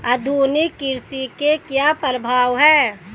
आधुनिक कृषि के क्या प्रभाव हैं?